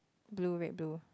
blue red blue